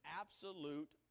absolute